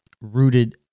rooted